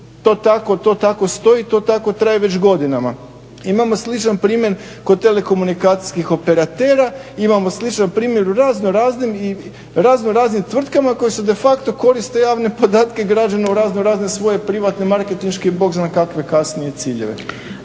međutim to tako stoji, to tako traje već godinama. Imamo sličan primjer kod telekomunikacijskih operatera, imamo sličan primjer u razno raznim tvrtkama koje su de facto koriste javne podatke građana u razno razne svoje privatne marketinške i Bog zna kakve kasne ciljeve.